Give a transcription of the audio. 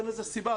אין לזה סיבה.